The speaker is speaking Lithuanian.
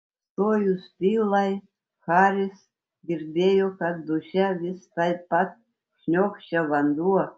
stojus tylai haris girdėjo kad duše vis taip pat šniokščia vanduo